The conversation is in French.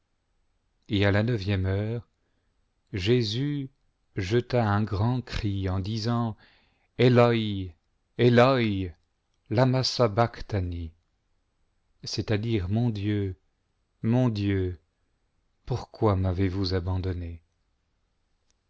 et à la neuvième heure jésus jeta un grand cri en disant eloi eloi lamma sabachthani f c'est-à-dire mon dieu mon dieu pourquoi m'avez-vous abandonné